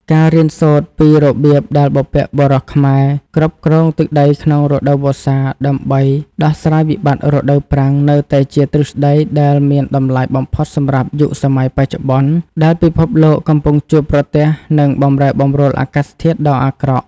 ការរៀនសូត្រពីរបៀបដែលបុព្វបុរសខ្មែរគ្រប់គ្រងទឹកក្នុងរដូវវស្សាដើម្បីដោះស្រាយវិបត្តិរដូវប្រាំង នៅតែជាទ្រឹស្ដីដែលមានតម្លៃបំផុតសម្រាប់យុគសម័យបច្ចុប្បន្ន ដែលពិភពលោកកំពុងជួបប្រទះនឹងបម្រែបម្រួលអាកាសធាតុដ៏អាក្រក់។